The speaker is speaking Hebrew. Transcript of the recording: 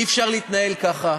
אי-אפשר להתנהל ככה.